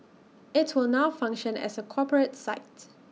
IT will now function as A corporate sites